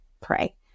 pray